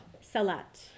Salat